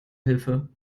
hilfe